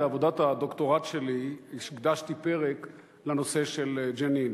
בעבודת הדוקטורט שלי הקדשתי פרק לנושא של ג'נין,